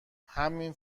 همین